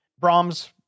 Brahms